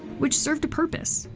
which served a purpose.